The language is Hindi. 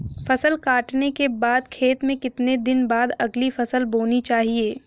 फसल काटने के बाद खेत में कितने दिन बाद अगली फसल बोनी चाहिये?